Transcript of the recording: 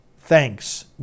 Thanks